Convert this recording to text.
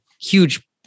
huge